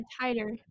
tighter